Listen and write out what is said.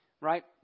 right